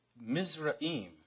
Mizraim